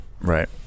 right